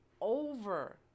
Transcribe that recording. over